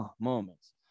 moments